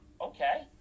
Okay